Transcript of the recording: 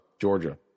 Georgia